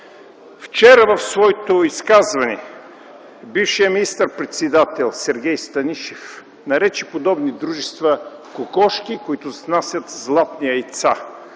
Вчера в своето изказване бившият министър-председател Сергей Станишев нарече подобни дружества кокошки, които снасят златни яйца.